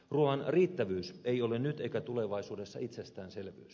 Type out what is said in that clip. ruuan riittävyys ei ole nyt eikä tulevaisuudessa itsestäänselvyys